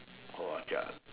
!wah! jialat